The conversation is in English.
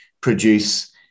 produce